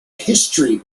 history